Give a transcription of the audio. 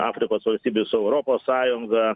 afrikos valstybių su europos sąjunga